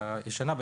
הישנה,